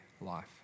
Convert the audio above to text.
life